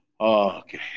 Okay